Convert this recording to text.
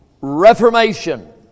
reformation